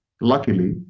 luckily